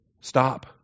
stop